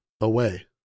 away